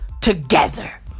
Together